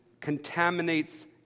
contaminates